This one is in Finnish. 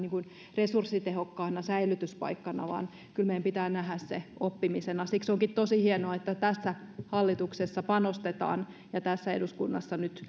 resurssitehokkaana säilytyspaikkana vaan kyllä meidän pitää nähdä se oppimisena siksi onkin tosi hienoa että tässä hallituksessa ja tässä eduskunnassa panostetaan nyt